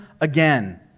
again